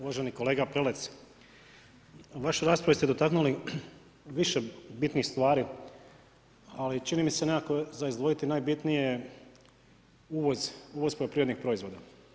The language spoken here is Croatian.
Uvaženi kolega Prelec, u vašoj raspravi ste dotaknuli više bitnih stvari ali čini mi se nekako za izdvojiti najbitnije uvoz, uvoz poljoprivrednih proizvoda.